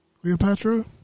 Cleopatra